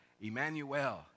Emmanuel